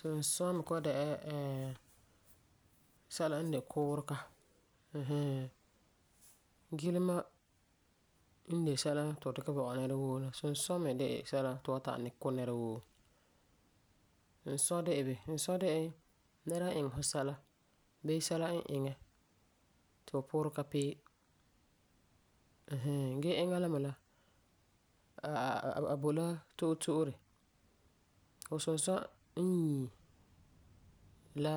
Sunsua me kɔ'ɔm dɛna la ɛɛn, sɛla n de kuurega ɛɛ hɛɛn. Gilema n de sɛla ti fu wan ta'am dikɛ bo nɛrawoo, sunsua me de la sɛla ti fu wan ta'am dikɛ bo nɛrawoo. Sunsua de la beni? sunsua de la nɛra n iŋɛ fu sɛla bii sɛla n iŋɛ ti fu puurɛ ka pee. Ɛɛ hɛɛn, gee eŋa la me la, a, a boi la to'ore to'ore. Fu sunsua n yie la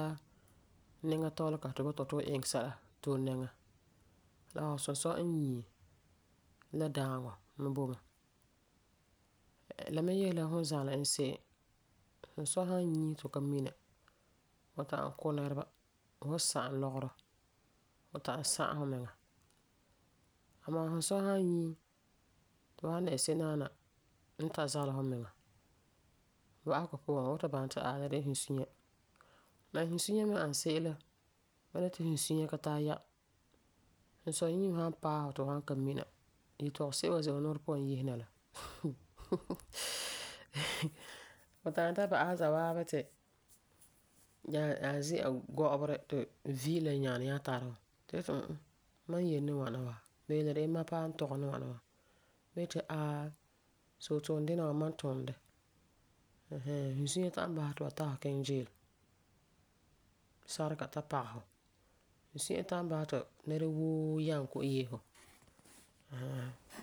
nɛŋatɔlega ti fu bɔta ti fu iŋɛ sɛla tole nɛŋa la fu sunsua n nyie la daaŋɔ me bo mɛ. La me yese fu n zali bu se'em. Fu sunsua san yie ti fu ka mina fu ta'am ku nɛreba, fu wan sa'am lɔgerɔ, fu ta'am sagum fumiŋa. Amaa fu sunsua san yie ti fu dɛna se'emdaana n tã zala fumiŋa, ba'asegɔ puan fu wan ta baŋɛ ti aai, la de la sunsua. La sunsua me n ani se'em la, ba ni yeti sunsua ka tari yɛm. Sunsua-yiim san paɛ fu ti fu san ka mina, yeletɔgesebo n wan ze'ele fu buurena yese na, hmm, fu ta'am ta ba'asɛ za'a waabe ti, nyaa nyaa zi'a gɔ'ɔberi ti vi la nyanɛ nyaa tara fu ti fu yeti m m mam n yele ni ŋwana wa bii mam paa n tɔge ni ŋwana wa. Ti fu yeti aa soo tuundina wa mam n tum dɛ. Ɛɛn hɛɛn Sunsua ta'am basɛ ti ba tari fu kiŋɛ jeel. Sarega ta pagɛ fu. Sunsua ta'am basɛ ti nɛrawoo yɛm kɔ'ɔm yese fu. Ãa ha